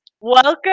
Welcome